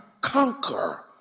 conquer